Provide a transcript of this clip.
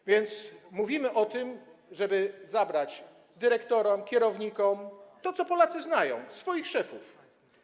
A więc mówimy o tym, żeby zabrać dyrektorom, kierownikom, o tym, co Polacy znają, o ich szefach.